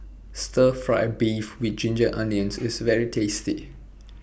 Stir Fry Beef with Ginger Onions IS very tasty